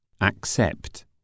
Accept